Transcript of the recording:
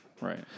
Right